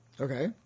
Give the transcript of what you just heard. okay